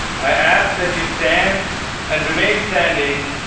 i ask that you stand and remain standing,